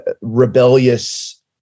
rebellious